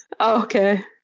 Okay